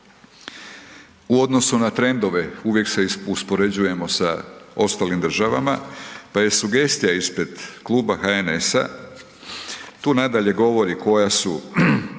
U odnosu na trendove, uvijek se uspoređujemo sa ostalim državama pa je sugestija ispred kluba HNS-a, tu nadalje govori koja su